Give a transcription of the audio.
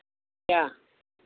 क्या